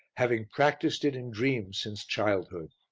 having practised it in dreams since childhood.